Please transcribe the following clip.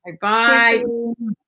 Bye-bye